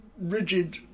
rigid